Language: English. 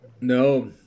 No